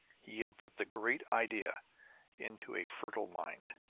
he had put the great idea into a fertile mind.